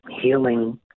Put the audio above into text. healing